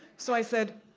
so, i said,